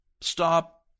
stop